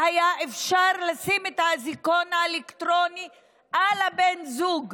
פטור ממס במכירת תרופות אונקולוגיות שאינן כלולות בסל הבריאות),